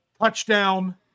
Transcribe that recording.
touchdown